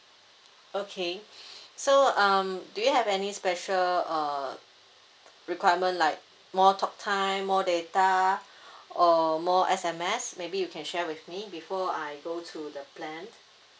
okay so um do you have any special uh requirement like more talk time more data or more S_M_S maybe you can share with me before I go to the plan